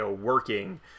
working